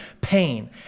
pain